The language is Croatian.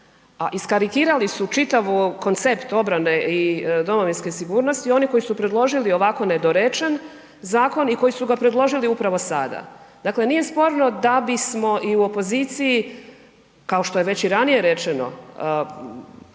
a iskarikirali su čitavu koncept obrane i domovinske sigurnosti oni koji su predložili ovako nedorečen zakon i koji su ga predložili upravo sada. Dakle nije sporno da bismo i u opoziciji kao što je već i ranije rečeno,